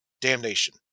damnation